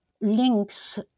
links